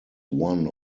one